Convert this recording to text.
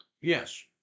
Yes